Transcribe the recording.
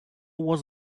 was